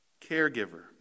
caregiver